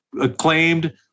acclaimed